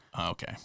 Okay